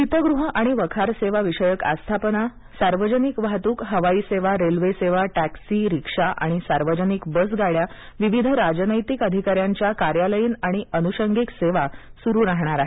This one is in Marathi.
शीतगृहं आणि वखार सेवा विषयक आस्थापना सार्वजनिक वाहतूक हवाई सेवा रेल्वेसेवा टँक्सी रिक्षा आणि सार्वजनिक बसगाड्या विविध राजनैतिक अधिकाऱ्यांच्या कार्यालयीन आणि अनुषंगिक सेवा सुरू राहणार आहेत